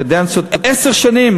קדנציות עשר שנים.